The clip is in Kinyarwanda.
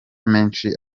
menshi